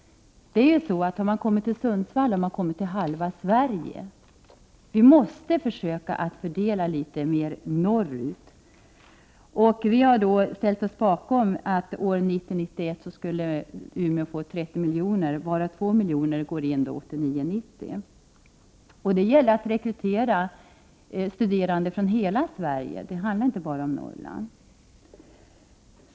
Det är ju så att när man kommit till Sundsvall, så har man kommit till mitten av Sverige — söder om Sundsvall har vi bara halva Sverige. Vi måste försökaatt fördela litet mer norrut. Vi har då ställt oss bakom att Umeå universitet budgetåret 1990 90. Det gäller att rekrytera studerande från hela Sverige — inte bara från Norrland.